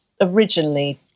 originally